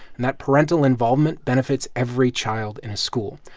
and that parental involvement benefits every child in a school.